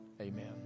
Amen